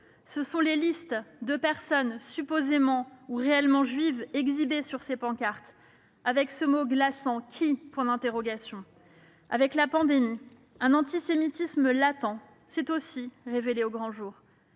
Ce sont ces listes de personnes supposément ou réellement juives exhibées sur des pancartes, avec ce mot glaçant :« Qui ?»! Avec la pandémie, un antisémitisme latent s'est aussi révélé au grand jour.